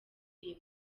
iyi